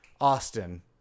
Austin